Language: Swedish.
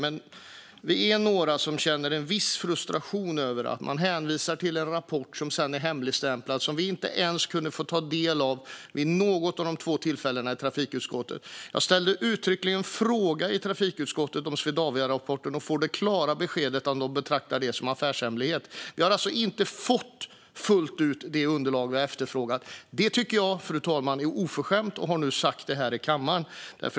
Men vi är några som känner en viss frustration över att man hänvisar till en rapport som är hemligstämplad och som vi inte ens kunde få ta del av vid något av de två tillfällena i trafikutskottet. Jag ställde en uttrycklig fråga i trafikutskottet om Swedaviarapporten och fick det klara beskedet att de betraktar den som en affärshemlighet. Vi har alltså inte fullt ut fått det underlag vi har efterfrågat. Det tycker jag, fru talman, är oförskämt, och nu har jag sagt det här i kammaren.